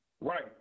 Right